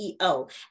CEO